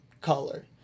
color